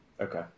Okay